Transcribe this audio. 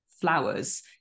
flowers